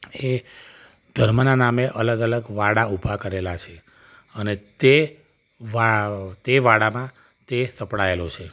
એ ધર્મના નામે અલગ અલગ વાડા ઉભા કરેલાં છે અને તે વા તે વાડામાં તે સપડાયેલો છે